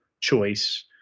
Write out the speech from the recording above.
choice